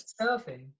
surfing